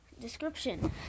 Description